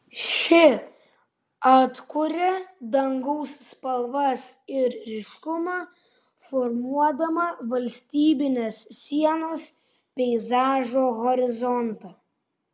ši atkuria dangaus spalvas ir ryškumą formuodama valstybinės sienos peizažo horizontą